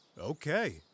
Okay